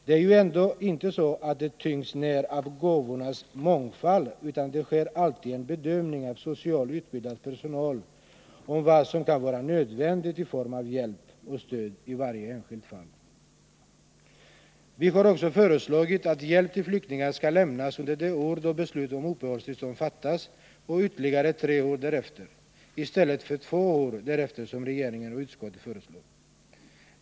Det är ju ändå inte så att de tyngs ner av gåvornas mångfald, utan det sker alltid en bedömning av socialt utbildad personal om vad som kan vara nödvändigt i form av hjälp och stöd i varje enskilt fall. Vi har också föreslagit att hjälp till flyktingar skall lämnas under det år då beslut om uppehållstillstånd fattas och ytterligare tre år därefter, i stället för två år därefter som regeringen och utskottet föreslår.